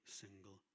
single